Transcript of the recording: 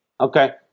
Okay